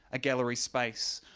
a gallery space,